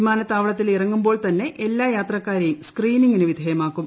വിമാനത്താവളത്തിൽ ഇറങ്ങുമ്പോൾ തന്നെ എല്ലാ യാത്രക്കാരേയും സ്ക്രീനിംഗിന് വിധേയമാക്കും